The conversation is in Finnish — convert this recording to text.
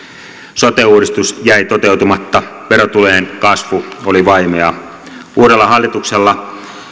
sote uudistus jäi toteutumatta verotulojen kasvu oli vaimeaa uudella hallituksella